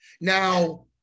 Now